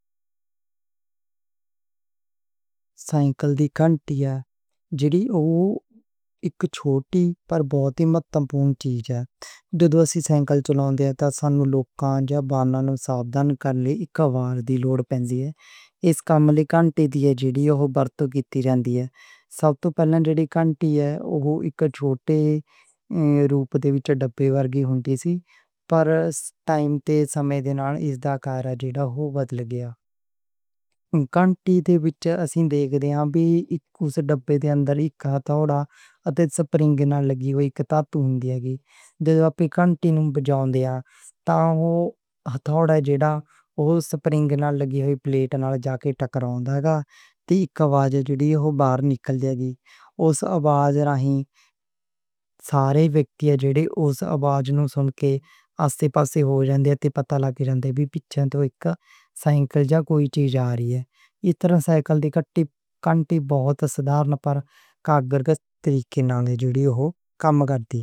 سائیکل دی کنٹی ہے، جڑی اوہ پر بہت ای مہتوپورن چیز ہے۔ جدوں اسی سائیکل چلانے آں تاں سانوں لوکاں نوں ساودھان کر لئی لوڑ پیندی ہے۔ ایس کام لئی کنٹی ہے جڑی برتو کیتی جاندی ہے۔ کنٹی دے وچ اسی دیکھدے ہاں بھی اس ڈبے دے اندر اک ہتھوڑا اتے سپرنگ نال لگی ہوئی پلیٹ ہوندی ہے۔ جدو اسی کنٹی نوں بجاؤن دے ہاں تاں اوہ ہتھوڑا جڑا اس سپرنگ نال لگی ہوئی پلیٹ نال جا کے ٹکراؤں دے گا۔ تے اک آواز جڑی اوہ باہر نکل جاوے گی۔ اس آواز رہین سارے ویکتی جڑے اس آواز نوں سن کے آسے پاسے ہو جاندے ہاں تے پتا لگ جاندے ہاں بھی پچھے توں اک سائیکل جا کوئی چیز جا رہی ہے۔ ایترن سائیکل دی کنٹی بہت سدھارن پر قواعد دے لحاظ نالے جڑی اوہ کم کر دی ہے۔